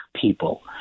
people